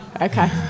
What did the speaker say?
Okay